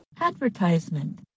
Advertisement